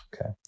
Okay